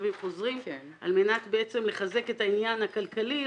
ותושבים חוזרים על מנת בעצם לחזק את העניין הכלכלי,